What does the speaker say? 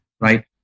right